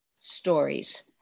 stories